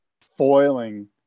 foiling